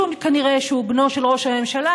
כנראה משום שהוא בנו של ראש הממשלה.